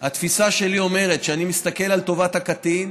התפיסה שלי אומרת, כשאני מסתכל על טובת הקטין,